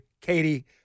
Katie